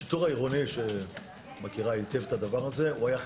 השיטור העירוני היה חלק מהרשות,